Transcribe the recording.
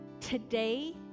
today